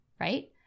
Right